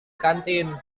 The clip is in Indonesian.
kantin